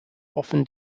often